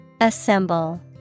Assemble